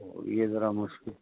تو یہ ذرا مشکل